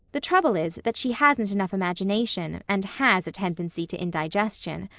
the trouble is that she hasn't enough imagination and has a tendency to indigestion.